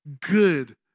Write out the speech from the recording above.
good